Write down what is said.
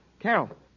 Carol